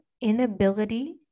inability